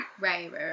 right